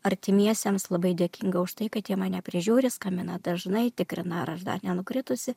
artimiesiems labai dėkinga už tai kad jie mane prižiūri skambina dažnai tikrina ar aš dar nenukritusi